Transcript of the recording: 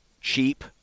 cheap